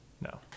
no